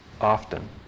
often